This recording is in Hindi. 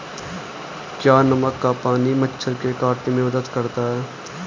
क्या नमक का पानी मच्छर के काटने में मदद करता है?